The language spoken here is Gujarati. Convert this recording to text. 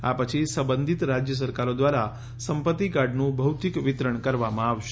આ પછી સંબંધિત રાજ્ય સરકારો દ્વારા સંપત્તિ કાર્ડનું ભૌતિક વિતરણ કરવામાં આવશે